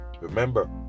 ...remember